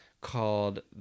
called